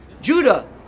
Judah